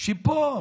שהיו פה